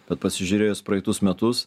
bet pasižiūrėjus praeitus metus